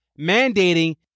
mandating